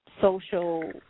social